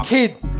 kids